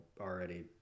already